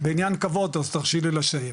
בעניין כבוד אז תרשי לי לסיים.